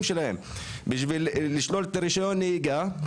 שלהם ולשלול את רישיון הנהיגה שלהם.